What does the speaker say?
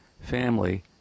family